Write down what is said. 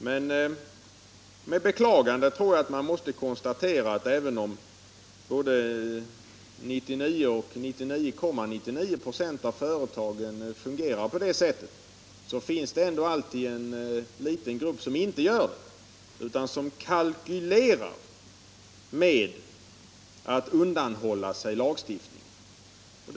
Med beklagande måste man nog konstatera att även om både 99 och 99,9 26 av företagen fungerar på det sättet, finns det ändå alltid en liten grupp som inte gör det utan som kalkylerar med att undandra sig lagstiftningen.